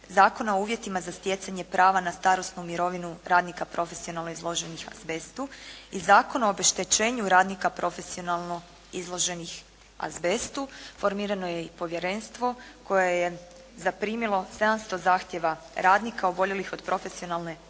Zakona o uvjetima za stjecanje prava na starosnu mirovinu radnika profesionalno izloženih azbestu i Zakona o obeštećenju radnika profesionalno izloženih azbestu. Formirano je i povjerenstvo koje je zaprimilo 700 zahtjeva radnika oboljelih od profesionalne bolesti